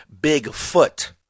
Bigfoot